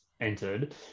entered